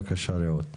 בבקשה, רעות.